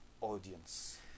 audience